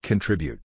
Contribute